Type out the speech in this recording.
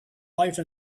life